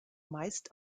meist